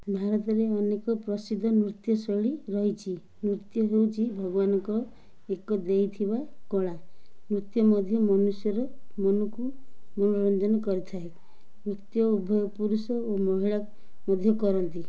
ଭାରତରେ ଅନେକ ପ୍ରସିଦ୍ଧ ନୃତ୍ୟଶୈଳୀ ରହିଛି ନୃତ୍ୟ ହେଉଛି ଭଗବାନଙ୍କ ଏକ ଦେଇଥିବା କଳା ନୃତ୍ୟ ମଧ୍ୟ ମନୁଷ୍ୟର ମନକୁ ମନୋରଞ୍ଜନ କରିଥାଏ ନୃତ୍ୟ ଉଭୟ ପୁରୁଷ ଓ ମହିଳା ମଧ୍ୟ କରନ୍ତି